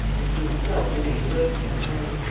and he himself remained awake next night.